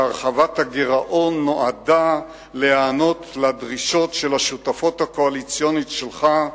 שהרחבת הגירעון נועדה להיענות לדרישות של השותפות הקואליציוניות שלך,